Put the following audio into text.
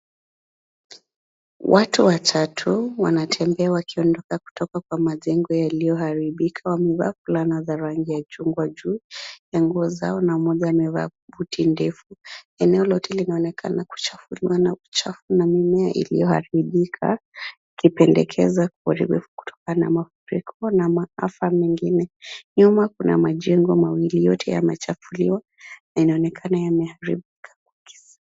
Watu watatu wanatembea wakiondoka kutoka kwa majengo yalioharibika. Wamevaa fulana za rangi ya chungwa juu ya nguo zao na mmoja amevaa buti ndefu. Eneo lote linaonekana kuchafuliwa na uchafu na mimea iliyoharibika na ikipendekeza uharibifu kutokana na mapepo na maafa mengine. Nyuma kuna majengo mawili yote yamechafuliwa na inaonekana yameharibu.